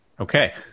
Okay